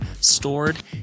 stored